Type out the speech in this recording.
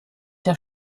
der